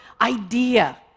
idea